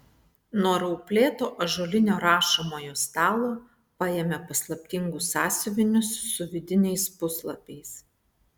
nuo rauplėto ąžuolinio rašomojo stalo paėmė paslaptingus sąsiuvinius su vidiniais puslapiais